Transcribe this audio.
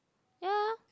yea